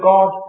God